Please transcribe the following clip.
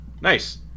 Nice